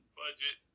budget